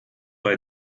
bei